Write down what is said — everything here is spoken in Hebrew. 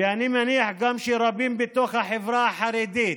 ואני מניח גם שרבים בתוך החברה החרדית,